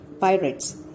pirates